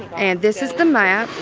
and this is the map.